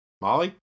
Molly